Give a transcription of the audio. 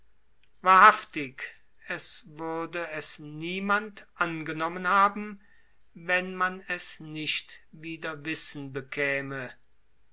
wahrhaftig es würde es niemand angenommen haben wenn man es nicht wider wissen bekäme